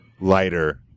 lighter